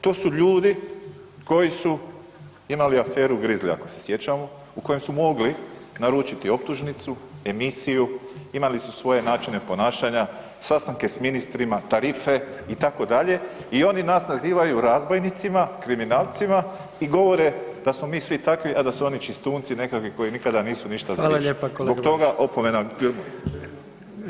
To su ljudi koji su imali aferu Grizlija ako se sjećamo u kojem su mogli naručiti optužnicu, emisiju, imali su svoje načine ponašanja, sastanke s ministrima, tarife itd. i oni nas nazivaju razbojnicima, kriminalcima i govore da smo mi svi takvi, a da su oni čistunci nekakvi koji nikada nisu ništa zgriješili [[Upadica: Hvala lijepa kolega Borić]] Zbog toga opomena Grmoji.